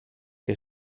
que